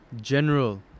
general